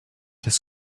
his